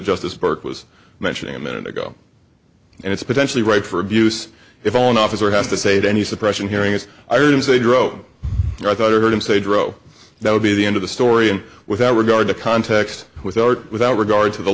justice burke was mentioning a minute ago and it's potentially ripe for abuse if an officer has to say to any suppression hearing as i heard him say dro i thought i heard him say dro that would be the end of the story and without regard to context with or without regard to the